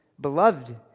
beloved